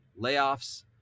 layoffs